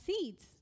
seeds